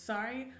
Sorry